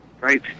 right